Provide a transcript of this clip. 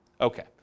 okay